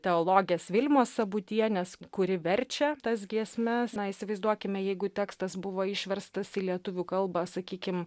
teologės vilmos sabutienės kuri verčia tas giesmes na įsivaizduokime jeigu tekstas buvo išverstas į lietuvių kalbą sakykim